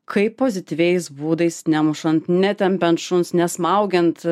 kaip pozityviais būdais nemušant netempiant šuns nesmaugiant